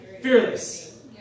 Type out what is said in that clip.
fearless